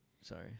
Sorry